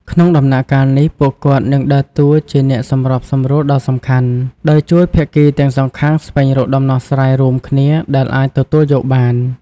ក្នុងដំណាក់កាលនេះ ពួកគាត់នឹងដើរតួជាអ្នកសម្របសម្រួលដ៏សំខាន់ ដោយជួយភាគីទាំងសងខាងស្វែងរកដំណោះស្រាយរួមគ្នា ដែលអាចទទួលយកបាន។